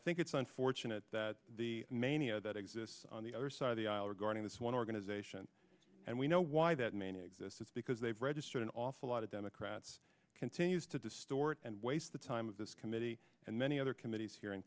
think it's unfortunate that the mania that exists on the other side of the aisle regarding this one organization and we know why that man exists because they've registered an awful lot of democrats continues to distort and waste the time of this committee and many other committees here in